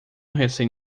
recém